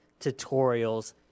tutorials